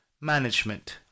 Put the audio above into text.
management